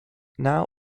now